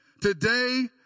today